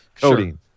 Codeine